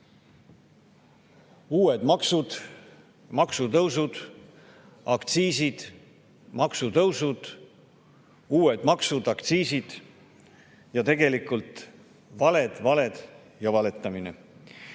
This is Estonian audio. Uued maksud, maksutõusud, aktsiisid, maksutõusud, uued maksud, aktsiisid – ja tegelikult valed, valed ja valetamine.